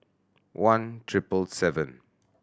one triple seven